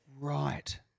Right